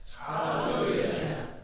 Hallelujah